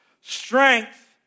strength